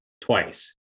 twice